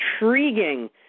intriguing